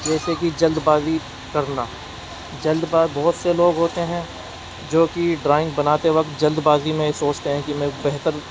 جیسے کہ جلد بازی کرنا جلد بہت سے لوگ ہوتے ہیں جو کہ ڈرائنگ بناتے وقت جلد بازی میں یہ سوچتے ہیں کہ میں بہتر